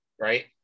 right